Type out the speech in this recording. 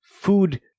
food